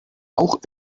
auch